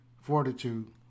fortitude